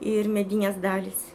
ir medinės dalys